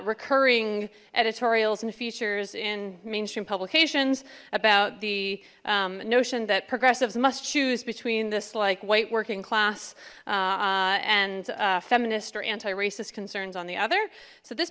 recurring editorials and features in mainstream publications about the notion that progressives must choose between this like white working class and feminist or anti racist concerns on the other so this